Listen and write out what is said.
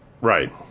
Right